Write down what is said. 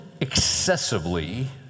excessively